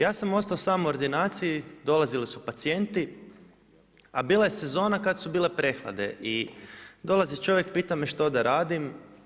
Ja sam ostao sam u ordinaciji, dolazili su pacijenti, a bila je sezona kad su bile prehlade i dolazi čovjek, pita me što da radim.